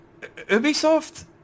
Ubisoft